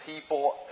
people